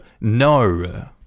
no